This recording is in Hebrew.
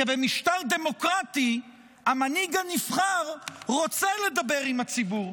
כי במשטר דמוקרטי המנהיג הנבחר רוצה לדבר עם הציבור,